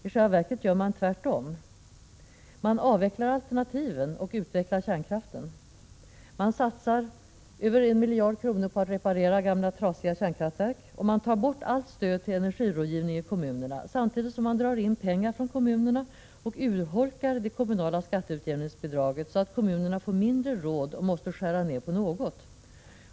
I själva verket gör man tvärtom: man avvecklar alternativen och utvecklar kärnkraften. Man satsar över 1 miljard på att reparera gamla trasiga Prot. 1986/87:50 kärnkraftverk och tar bort allt stöd till energirådgivning i kommunerna, 16 december 1986 samtidigt som man drar in pengar från kommunerna och urholkar det. MJ. oda os kommunala skatteutjämningsbidraget, så att kommunerna får mindre råd och måste skära ned på något.